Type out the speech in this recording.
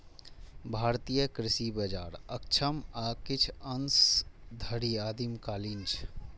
भारतीय कृषि बाजार अक्षम आ किछु अंश धरि आदिम कालीन छै